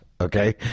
Okay